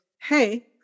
Hey